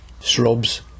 shrubs